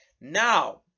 now